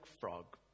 frog